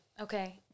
Okay